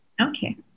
Okay